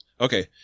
okay